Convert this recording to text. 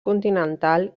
continental